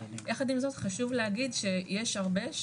יחד עם זאת חשוב להגיד שיש הרבה,